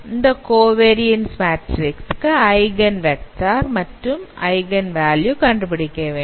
இந்த covariance matrix க்கு eigen vector மற்றும் ஐகன் வேல்யூ கண்டுபிடிக்க வேண்டும்